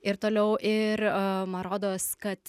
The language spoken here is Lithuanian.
ir toliau ir man rodos kad